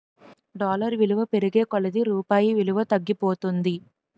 dollar విలువ పెరిగే కొలది రూపాయి విలువ తగ్గిపోతుంది